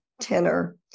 tenor